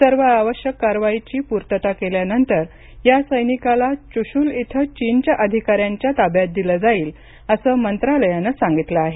सर्व आवश्यक कारवाईची पूर्तता केल्यानंतर या सैनिकाला चुशूल इथं चीनच्या अधिकाऱ्यांच्या ताब्यात दिलं जाईल असं मंत्रालयानं सांगितलं आहे